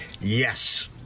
Yes